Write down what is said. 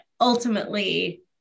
ultimately